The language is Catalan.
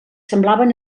semblaven